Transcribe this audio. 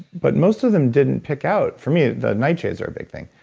but most of them didn't pick out, for me, the nightshades are a big thing.